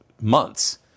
months